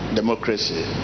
democracy